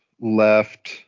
left